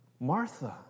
Martha